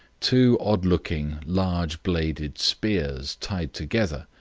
two odd-looking, large-bladed spears, tied together,